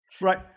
Right